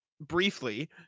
briefly